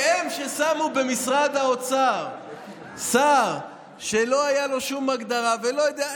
ששמו במשרד האוצר שר שלא הייתה לו שום הגדרה ולא יודע,